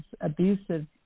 abusive